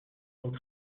ont